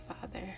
Father